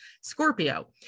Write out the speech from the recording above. Scorpio